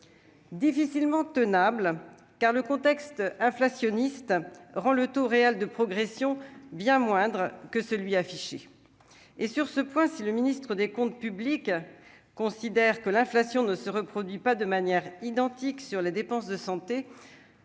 difficilement tenable car le contexte inflationniste rend le taux réel de progression bien moindre que celui affiché et sur ce point, si le ministre des Comptes publics considère que l'inflation ne se reproduit pas de manière identique sur les dépenses de santé,